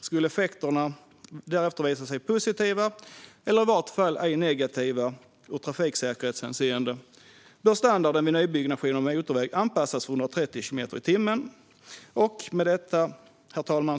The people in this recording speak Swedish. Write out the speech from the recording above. Skulle effekterna därefter visa sig positiva, eller i vart fall ej negativa, i trafiksäkerhetshänseende bör standarden vid nybyggnation av motorväg anpassas för 130 kilometer i timmen.